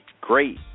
great